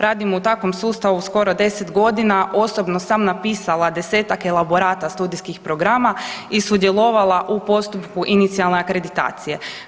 Radim u takvom sustavu skoro 10 godina, osobno sam napisala 10-tak elaborata studijskih programa i sudjelovala u postupku inicijalne akreditacije.